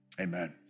Amen